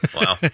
Wow